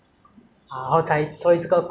然后有时候去那种 bungalow